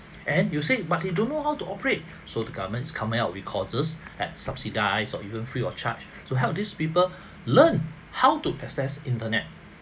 and you said but they don't know how to operate so the government's coming out with courses and subsidise or even free of charge to help these people learn how to access internet